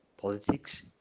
politics